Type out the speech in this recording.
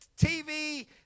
TV